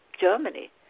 Germany